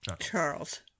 Charles